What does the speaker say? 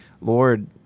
Lord